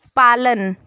पालन